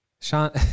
sean